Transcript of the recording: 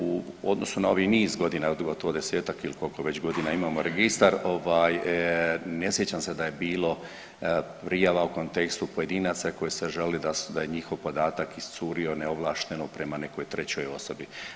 U odnosu na ovih niz godina od gotovo 10-ak ili koliko već godina imamo registar ovaj ne sjećam se da je bilo prijava u kontekstu pojedinaca koji su se žalili da je njihov podatak iscurio neovlašteno prema nekoj trećoj osobi.